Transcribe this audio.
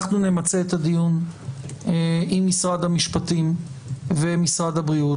אנחנו נמצה את הדיון עם משרד המשפטים ועם משרד הבריאות,